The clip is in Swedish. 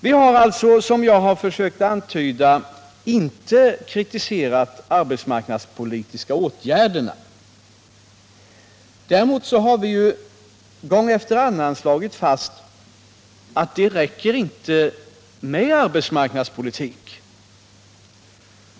Vi har, som jag försökt antyda, inte kritiserat de arbetsmarknadspolitiska åtgärderna. Däremot har vi gång efter annan slagit fast att det inte räcker med arbetsmarknadspolitik.